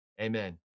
Amen